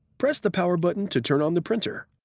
press the power button to turn on the printer.